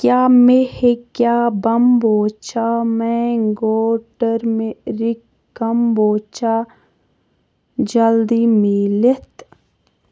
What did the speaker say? کیٛاہ مےٚ ہیٚکیٛاہ بامبوٗچا مینٛگو ٹٔرمٔرِک کمبوچا جلدِی میٖلِتھ